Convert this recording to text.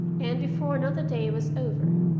and before another day was over,